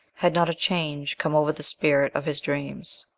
had not a change come over the spirit of his dreams.